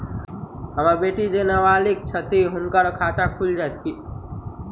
हम्मर बेटी जेँ नबालिग छथि हुनक खाता खुलि जाइत की?